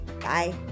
Bye